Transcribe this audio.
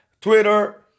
Twitter